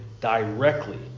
directly